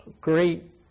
great